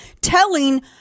telling